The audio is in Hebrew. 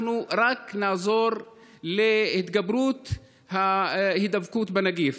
אנחנו רק נעזור להתגברות ההידבקות בנגיף.